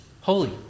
holy